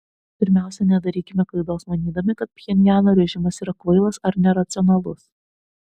pirmiausia nedarykime klaidos manydami kad pchenjano režimas yra kvailas ar neracionalus